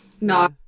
no